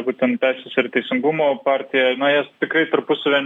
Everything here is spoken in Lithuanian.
būtent teisės ir teisingumo partija na jos tikrai tarpusavyje